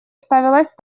ставилась